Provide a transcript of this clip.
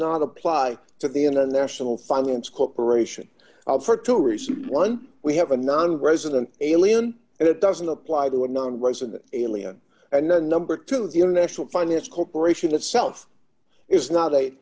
not apply to the international finance corporation for two reasons one we have a nonresident alien and it doesn't apply to a non resident alien and number two the international finance corporation itself is not a